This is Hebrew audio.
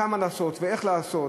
כמה לעשות ואיך לעשות,